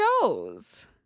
shows